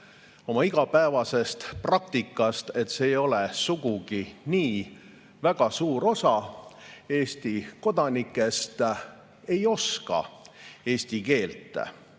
oma igapäevasest praktikast, et see ei ole sugugi nii. Väga suur osa Eesti kodanikest ei oska eesti keelt. Kuni